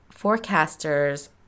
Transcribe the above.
forecasters